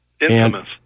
infamous